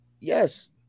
Yes